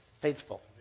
faithful